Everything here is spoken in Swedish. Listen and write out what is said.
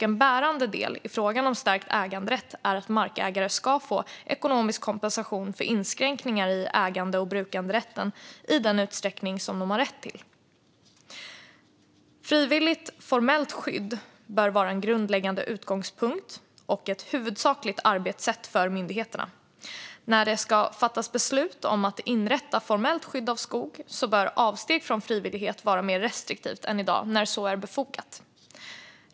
En bärande del i frågan om stärkt äganderätt är att markägare ska få ekonomisk kompensation för inskränkningar i ägande och brukanderätt i den utsträckning som de har rätt till. Frivilligt formellt skydd bör vara en grundläggande utgångspunkt och ett huvudsakligt arbetssätt för myndigheterna. När det ska fattas beslut om att inrätta formellt skydd av skog bör avsteg från frivillighet vara mer restriktivt än i dag när så är befogat.